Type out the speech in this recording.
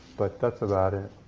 but that's about it.